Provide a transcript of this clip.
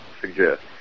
suggest